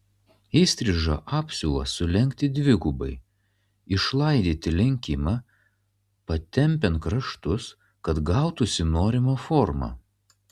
įstrižą apsiuvą sulenkti dvigubai išlaidyti lenkimą patempiant kraštus kad gautųsi norima forma